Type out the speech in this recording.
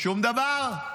שום דבר.